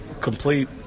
complete